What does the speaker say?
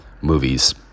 movies